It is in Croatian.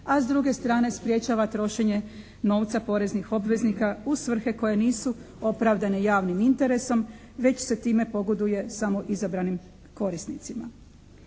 a s druge strane sprječava trošenje novca poreznih obveznika u svrhe koje nisu opravdane javnim interesom već se time pogoduje samo izabranim korisnicima.